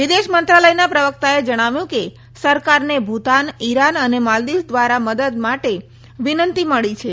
વિદેશ મંત્રાલયના પ્રવક્તાએ જણાવ્યું કે સરકારને ભૂતાન ઇરાન અને માલદિવ્સ દ્વારા મદદ માટે વિનંતી મળી છે